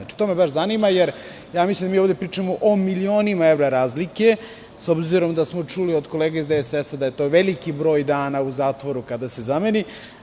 To me baš zanima, jer mislim da mi ovde pričamo o milionima evra razlike, s obzirom da smo čuli od kolege iz DSS da je to veliki broj dana u zatvoru kada se zameni.